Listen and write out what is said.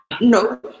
no